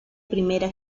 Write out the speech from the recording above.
primera